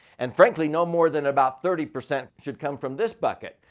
and frankly, no more than about thirty percent should come from this bucket.